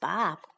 Bob